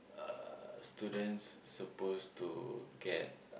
uh students supposed to get